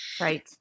Right